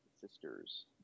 sisters